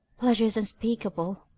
pleasures unspeakable,